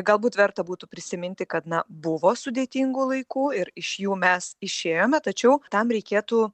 galbūt verta būtų prisiminti kad na buvo sudėtingų laikų ir iš jų mes išėjome tačiau tam reikėtų